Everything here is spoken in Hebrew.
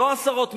לא עשרות,